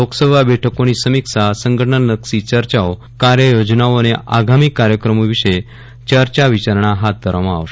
લોકસભા બેઠકોની સમીક્ષા સંગઠનલક્ષી ચર્ચાઓકાર્યયોજનાઓ અને આગામી કાર્યક્રમો વિશે ચર્ચાવિચારણા હાથ ધરવામાં આવશે